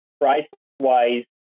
price-wise